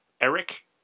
Eric